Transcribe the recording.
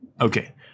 Okay